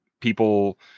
people